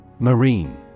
Marine